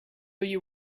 you